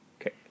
Okay